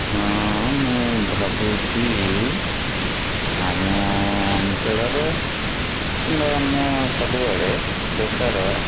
ହଁ ମୁଁ ଭାବୁଛି ଆମ ଅଞ୍ଚଳରେ କିମ୍ବା ଅନ୍ୟ ସବୁଆଡ଼େ ଦେଶର